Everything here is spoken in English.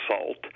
assault